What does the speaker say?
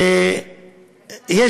יש